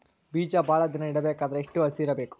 ಬೇಜ ಭಾಳ ದಿನ ಇಡಬೇಕಾದರ ಎಷ್ಟು ಹಸಿ ಇರಬೇಕು?